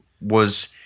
was-